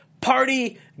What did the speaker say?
party